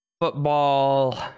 football